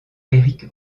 eric